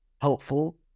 helpful